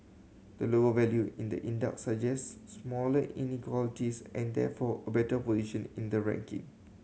a lower value in the index suggests smaller inequalities and therefore a better position in the ranking